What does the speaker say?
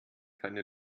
keine